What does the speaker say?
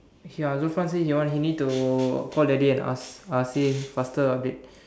ya Zulfan say he want he need to call daddy and ask uh say faster update